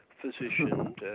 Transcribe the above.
physician